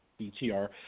BTR